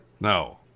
No